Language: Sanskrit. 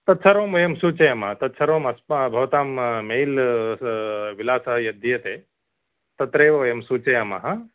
तत् सर्वं वयं सूचयामः तत्सर्वम् अस्माकं भवतां मेल् विलासः यद् दीयते तत्रैव वयं सूचयामः